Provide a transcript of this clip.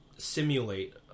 simulate